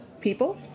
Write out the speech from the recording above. People